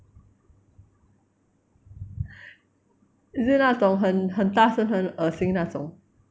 is it 那种很很大声很恶心那种